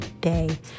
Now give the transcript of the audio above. day